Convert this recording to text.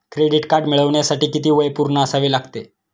Credit card मिळवण्यासाठी किती वय पूर्ण असावे लागते?